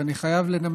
ואני חייב לנמק